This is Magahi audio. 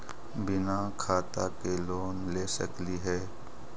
बिना खाता के लोन ले सकली हे?